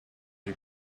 you